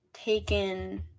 Taken